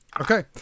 Okay